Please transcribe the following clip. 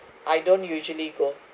I don't usually go